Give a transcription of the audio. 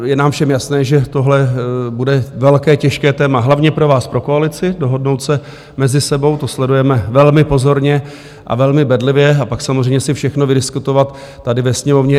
Je nám všem jasné, že tohle bude velké a těžké téma, hlavně pro vás, pro koalici, dohodnout se mezi sebou, to sledujeme velmi pozorně a velmi bedlivě, a pak samozřejmě si všechno vydiskutovat tady ve Sněmovně.